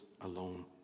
alone